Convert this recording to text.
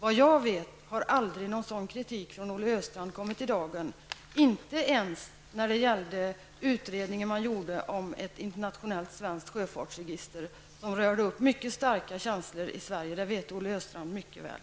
Vad jag vet har aldrig någon sådan kritik från Olle Östrand kommit i dagen, inte ens när det gällde utredningen man gjorde om ett internationellt svenskt sjöfartsregister och som rörde upp mycket starka känslor i Sverige. Det vet Olle Östrand mycket väl.